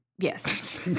Yes